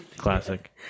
Classic